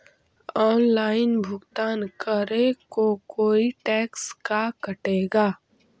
Online भुगतान करे को कोई टैक्स का कटेगा?